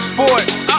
Sports